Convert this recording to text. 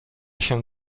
się